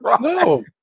No